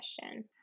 question